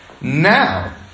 now